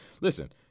listen